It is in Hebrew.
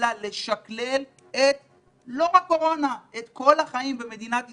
אלא לשקלל את כל החיים במדינת ישראל,